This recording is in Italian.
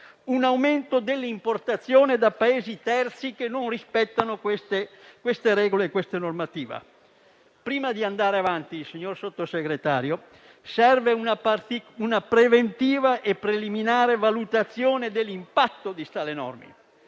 un aumento delle importazioni da Paesi terzi che non rispettano queste regole e questa normativa. Prima di andare avanti, signor Sottosegretario, serve una preventiva e preliminare valutazione dell'impatto di tali norme.